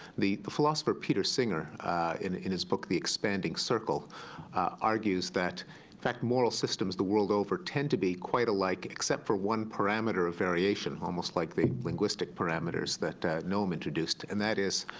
the the philosopher peter singer in in his book the expanding circle argues that, in fact, moral systems, the world over, tend to be quite alike except for one parameter of variation, almost like the linguistic parameters that noam introduced. and that is,